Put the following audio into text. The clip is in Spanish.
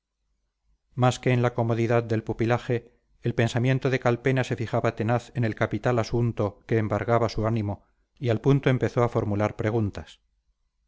más que en la comodidad del pupilaje el pensamiento de calpena se fijaba tenaz en el capital asunto que embargaba su ánimo y al punto empezó a formular preguntas